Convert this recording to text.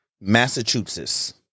Massachusetts